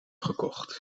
gekocht